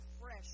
fresh